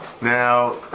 Now